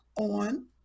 on